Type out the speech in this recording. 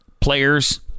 players